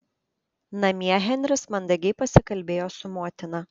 namie henris mandagiai pasikalbėjo su motina